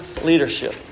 leadership